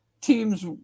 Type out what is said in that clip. teams